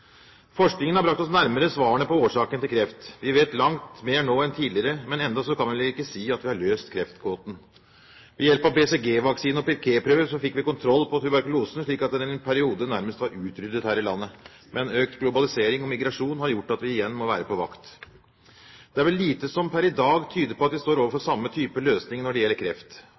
Forskningen har brakt oss nærmere svarene på årsakene til kreft. Vi vet langt mer nå enn tidligere, men ennå kan vi vel ikke si at vi har løst kreftgåten. Ved hjelp av BCG-vaksine og pirquetprøve fikk vi kontroll på tuberkulosen, slik at den en periode nærmest var utryddet her i landet. Men økt globalisering og migrasjon har gjort at vi igjen må være på vakt. Det er vel lite som per i dag tyder på at vi står overfor samme type løsning når det gjelder kreft.